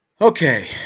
Okay